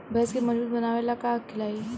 भैंस के मजबूत बनावे ला का खिलाई?